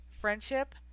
friendship